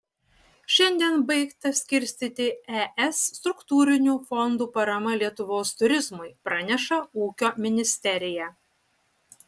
šiandien baigta skirstyti es struktūrinių fondų parama lietuvos turizmui praneša ūkio ministerija